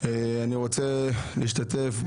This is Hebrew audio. אני רוצה להשתתף,